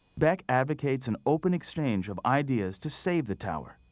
beck advocates an open exchange of ideas to save the tower.